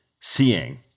Seeing